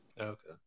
Okay